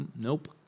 nope